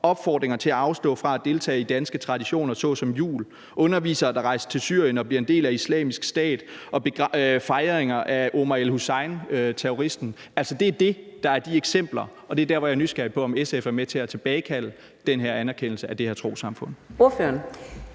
opfordringer til at afstå fra at deltage i danske traditioner såsom jul, undervisere, der rejser til Syrien og bliver en del af Islamisk Stat, og fejringer af terroristen Omar El-Hussein. Det er de eksempler, der er, og det er der, hvor jeg er nysgerrig på, om SF er med til at tilbagekalde anerkendelsen af det her trossamfund.